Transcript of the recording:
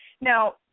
Now